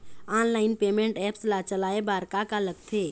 Online payment apps ला चलाए बार का का लगथे?